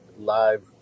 Live